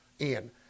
Ian